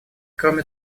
кроме